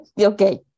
Okay